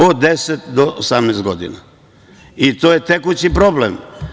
Od 10 do 18 godina i to je tekući problem.